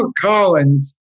Collins